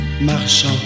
marchant